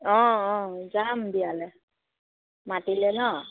অঁ অঁ যাম বিয়ালৈ মাতিলে ন